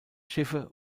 schiffe